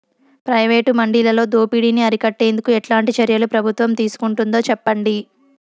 Private మండీలలో దోపిడీ ని అరికట్టేందుకు ఎట్లాంటి చర్యలు ప్రభుత్వం తీసుకుంటుందో చెప్పండి?